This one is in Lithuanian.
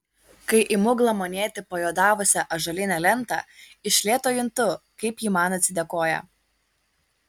kai imu glamonėti pajuodavusią ąžuolinę lentą iš lėto juntu kaip ji man atsidėkoja